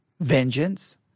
vengeance